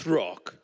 rock